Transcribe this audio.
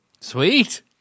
Sweet